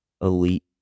elite